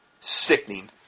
Sickening